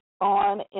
on